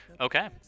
Okay